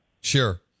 Sure